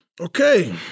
Okay